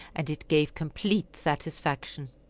and it gave complete satisfaction.